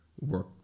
Work